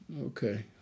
Okay